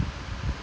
when